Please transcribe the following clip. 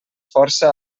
força